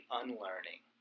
unlearning